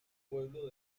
pueblo